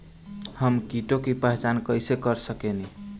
हम कीटों की पहचान कईसे कर सकेनी?